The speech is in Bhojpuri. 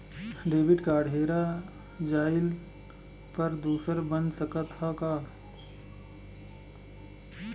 डेबिट कार्ड हेरा जइले पर दूसर बन सकत ह का?